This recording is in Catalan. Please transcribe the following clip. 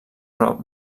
prop